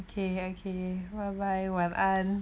okay okay bye bye 晚安